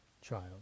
child